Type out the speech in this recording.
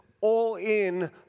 all-in